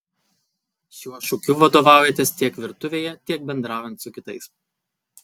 šiuo šūkiu vadovaujatės tiek virtuvėje tiek bendraujant su kitais